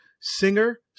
singer